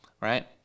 right